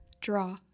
draw